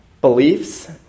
beliefs